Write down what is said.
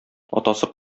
атасы